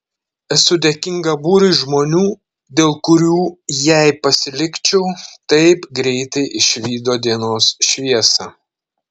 esu dėkinga būriui žmonių dėl kurių jei pasilikčiau taip greitai išvydo dienos šviesą